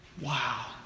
Wow